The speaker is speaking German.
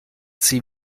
sie